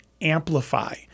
amplify